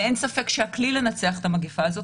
ואין ספק שהכלי לנצח את המגפה הזו,